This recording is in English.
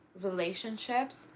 relationships